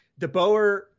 DeBoer